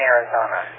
Arizona